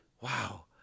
wow